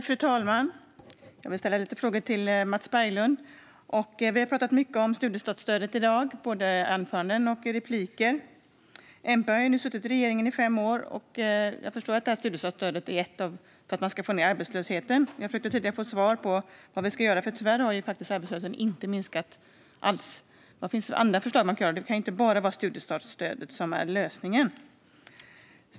Fru talman! Jag vill ställa lite frågor till Mats Berglund. Vi har i dag pratat mycket om studiestartsstödet i både anföranden och repliker. MP har nu suttit i regeringen i fem år, och jag förstår att ett syfte med studiestartsstödet är att man ska få ned arbetslösheten. Jag försökte tidigare få svar på vad vi ska göra eftersom arbetslösheten tyvärr inte har minskat alls. Vad finns det för andra förslag på vad man kan göra? Det kan ju inte bara vara studiestartsstödet som är lösningen.